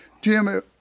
Jim